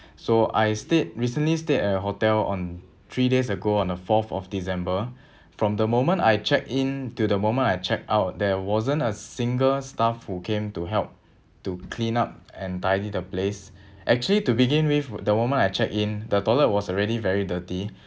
so I stayed recently stayed at your hotel on three days ago on the fourth of december from the moment I checked in until the moment I checked out there wasn't a single staff who came to help to clean up and tidy the place actually to begin with the moment I checked in the toilet was already very dirty